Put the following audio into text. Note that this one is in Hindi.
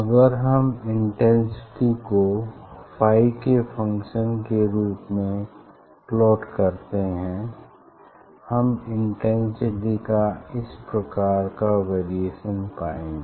अगर हम इंटेंसिटी को फाई के फंक्शन के रूप में प्लॉट करते हैं हम इंटेंसिटी का इस प्रकार का वेरिएशन पाएंगे